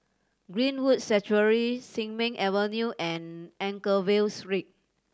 Greenwood Sanctuary Sin Ming Avenue and Anchorvale Street